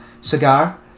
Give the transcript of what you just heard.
cigar